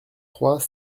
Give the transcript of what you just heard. trois